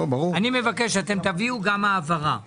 מבקש שתביאו גם העברה בקרוב.